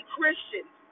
Christians